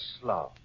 slow